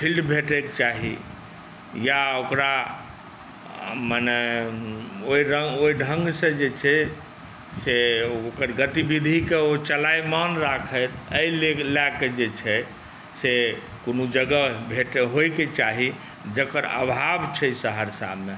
field भेटैके चाही या ओकरा मने ओहि रङ्ग ओहि ढङ्गसँ जे छै से ओकर गतिविधिके ओ चलाइमान राखै एहि लऽ कऽ जे छै से कोनो जगह भेट होइके चाही जकर अभाव छै सहरसामे